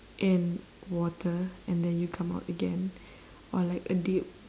in water and then you come out again or like a dip